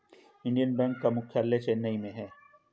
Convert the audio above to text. Indian Bank का मुख्यालय चेन्नई में है